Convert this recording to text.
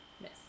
Miss